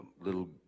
little